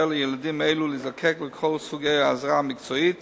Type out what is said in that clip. לילדים אלה את כל סוגי העזרה המקצועית